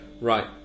right